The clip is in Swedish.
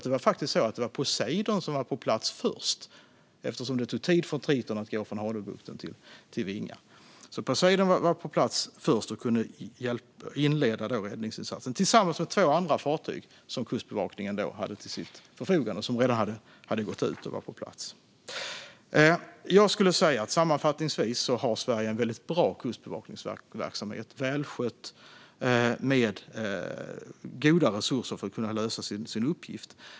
Det var faktiskt Poseidon som var på plats först, eftersom det tog tid för Triton att gå från Hanöbukten till Vinga. Poseidon var på plats först och kunde inleda räddningsinsatsen tillsammans med två andra fartyg som Kustbevakningen hade till sitt förfogande, som redan hade gått ut och var på plats. Sammanfattningsvis skulle jag säga att Sverige har en väldigt bra kustbevakningsverksamhet. Den är välskött och har goda resurser för att lösa sin uppgift.